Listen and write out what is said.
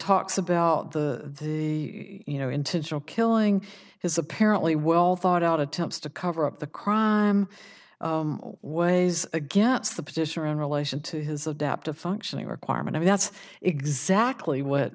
talks about the the you know intentional killing is apparently well thought out attempts to cover up the crime ways again it's the petitioner in relation to his adaptive functioning requirement and that's exactly what